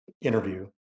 interview